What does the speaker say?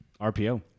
RPO